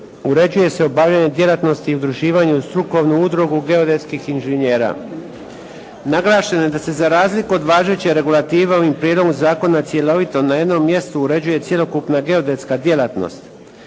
uređuje se obavljanje djelatnosti i udruživanje u strukovnu udrugu geodetskih inženjera. Naglašeno je da se za razliku od važeće regulative ovim prijedlogom zakona cjelovito na jednom mjestu uređuje cjelokupna geodetska djelatnost.